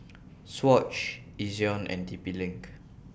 Swatch Ezion and T P LINK